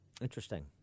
Interesting